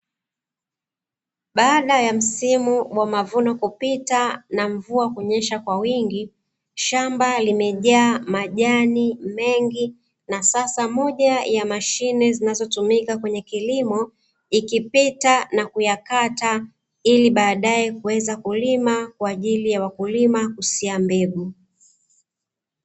Baada ya msimu wa mavuno kupita na mvua kunyesha kwa wingi, shamba limejaa majani mengi na sasa moja ya mashine zinazotumika kwenye kilimo, ikipita na kuyakata ili baadae kuweza kulima kwaajili ya wakulima kusia mbegu.